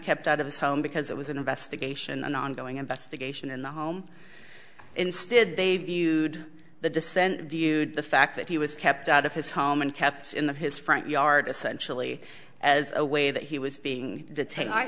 kept out of his home because it was an investigation an ongoing investigation in the home instead they viewed the dissent viewed the fact that he was kept out of his home and kept in the his front yard essentially as a way that he was being detained i